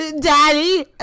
daddy